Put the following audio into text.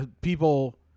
people